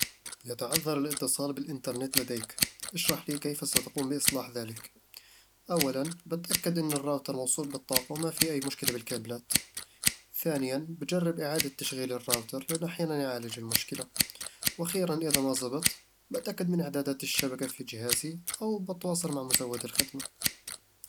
يتعذّر الاتصال بالإنترنت لديك. اشرح لي كيف ستقوم بإصلاح ذلك. أولاً، بتأكد من أنّ الراوتر موصول بالطاقة وما فيه أي مشكلة بالكابلات ثانياً، بجرب إعادة تشغيل الراوتر، لأن أحياناً يعالج المشكلة وأخيراً، إذا ما زبط، بتأكد من إعدادات الشبكة في جهازي أو بتواصل مع مزود الخدمة